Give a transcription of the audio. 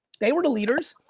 they were the leaders,